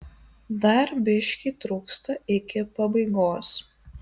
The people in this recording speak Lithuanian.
dar biškį trūksta iki pabaigos